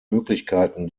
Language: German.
möglichkeiten